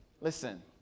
listen